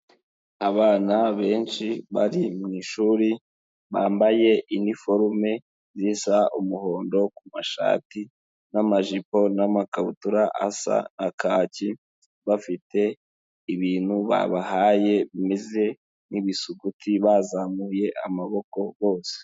Abana benshi bari mu ishuri, bambaye iniforume zisa umuhondo ku mashati, n'amajipo n'amakabutura asa na kaki, bafite ibintu babahaye bimeze nk'ibisuguti bazamuye amaboko bose.